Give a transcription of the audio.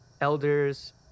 elders